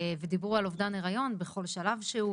דיברו על אובדן היריון בכל שלב שהוא,